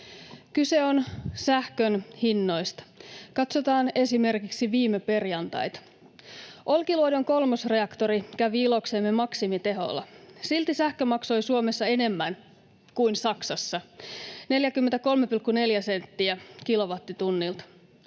Kyse on sähkön hinnoista. Katsotaan esimerkiksi viime perjantaita: Olkiluodon kolmosreaktori kävi iloksemme maksimiteholla. Silti sähkö maksoi Suomessa enemmän kuin Saksassa, 43,4 senttiä kilowattitunnilta.